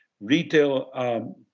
Retail